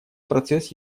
процесс